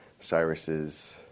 Cyrus's